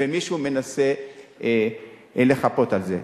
ומישהו מנסה לחפות על זה.